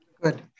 Good